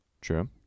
True